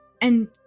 and-